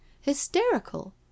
hysterical